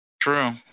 True